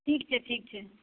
ठीक छै ठीक छै